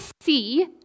see